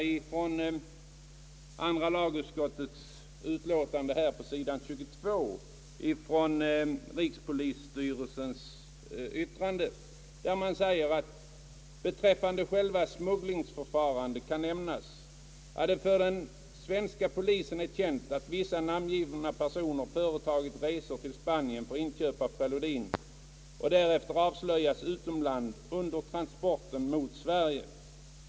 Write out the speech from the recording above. Tillåt mig citera vad rikspolisstyrelsen säger i sitt yttrande, som återges på sid. 22 i utlåtandet. Styrelsen säger: »Beträffande själva smugglingsförfarandet kan nämnas, att det för den svenska polisen är känt att vissa namngivna personer företagit resor till Spanien för inköp av preludin och därefter avslöjats utomlands under transporten mot Sverige.